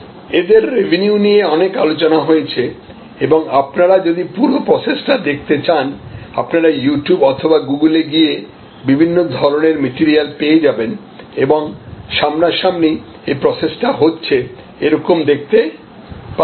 এদের রেভিনিউ ইত্যাদি নিয়ে অনেক আলোচনা হয়েছে এবং আপনারা যদি পুরো প্রসেসটা দেখতে চান আপনারা ইউটিউব অথবা গুগোল এ গিয়ে বিভিন্ন ধরনের মেটেরিয়াল পেয়ে যাবেন এবং সামনাসামনি এই প্রসেসটা হচ্ছে এরকম দেখতে পারবেন